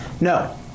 No